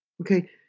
okay